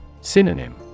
Synonym